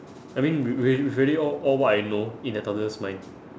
I mean re~ really really all all what I know in a toddler's mind